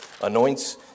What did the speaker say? anoints